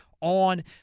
on